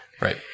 Right